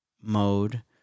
mode